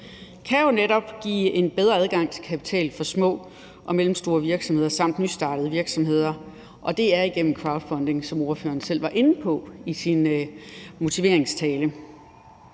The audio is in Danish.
veje til at give en bedre adgang til kapital for små og mellemstore virksomheder samt nystartede virksomheder jo netop er gennem crowdfunding, som ordføreren også selv var inde på i sin begrundelse.